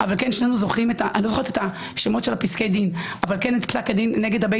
אני לא זוכרת את שמות פסקי הדין אבל פסק הדין נגד בית